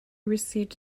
received